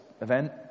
event